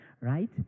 Right